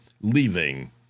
leaving